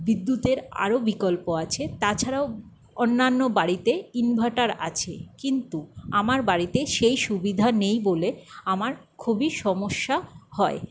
বিদ্যুতের আরও বিকল্প আছে তাছাড়াও অন্যান্য বাড়িতে ইইনভার্টার আছে কিন্তু আমার বাড়িতে সেই সুবিধা নেই বলে আমার খুবই সমস্যা হয়